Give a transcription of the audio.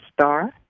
Star